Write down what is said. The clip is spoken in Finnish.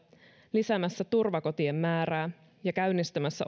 lisäämässä turvakotien määrää ja käynnistämässä